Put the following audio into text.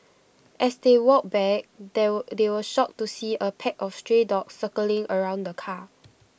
as they walked back they they were shocked to see A pack of stray dogs circling around the car